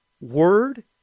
word